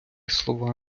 слова